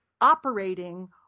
operating